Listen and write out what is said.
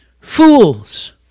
fools